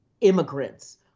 immigrants